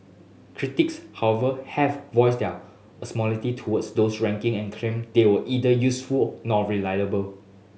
critics however have voiced their animosity towards those ranking and claim they were either useful nor reliable